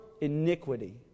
iniquity